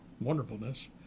wonderfulness